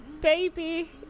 Baby